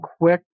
quick